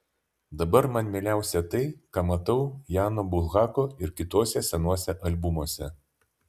dabar man mieliausia tai ką matau jano bulhako ir kituose senuose albumuose